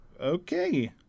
Okay